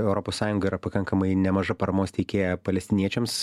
europos sąjunga yra pakankamai nemaža paramos teikėja palestiniečiams